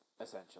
essentially